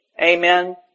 Amen